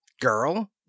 Girl